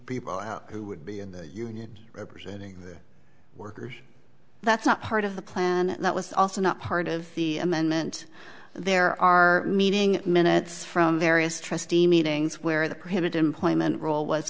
people out who would be in the union representing the workers that's not part of the plan that was also not part of the amendment there are meeting minutes from various trustee meetings where the credit employment role was